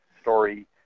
story